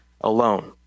alone